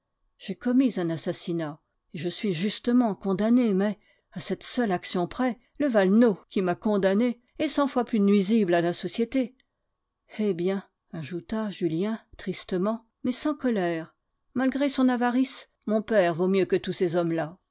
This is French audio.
j'ai commis un assassinat et je suis justement condamné mais à cette seule action près le valenod qui m'a condamné est cent fois plus nuisible à la société eh bien ajouta julien tristement mais sans colère malgré son avarice mon père vaut mieux que tous ces hommes-là